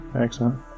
Excellent